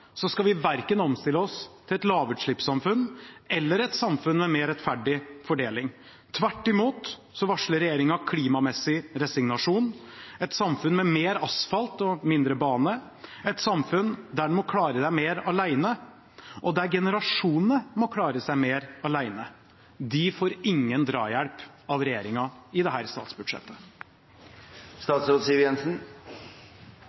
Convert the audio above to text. skal vi verken omstille oss til et lavutslippssamfunn eller til et samfunn med mer rettferdig fordeling. Tvert imot varsler regjeringen klimamessig resignasjon, et samfunn med mer asfalt og mindre bane, et samfunn der en må klare seg mer alene, og der generasjonene må klare seg mer alene. De får ingen drahjelp av regjeringen i